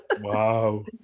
wow